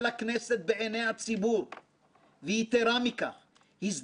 ולהציב רף גבוה להליכים דומים בעתיד.